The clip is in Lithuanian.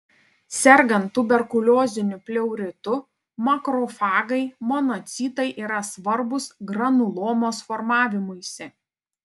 sergant tuberkulioziniu pleuritu makrofagai monocitai yra svarbūs granulomos formavimuisi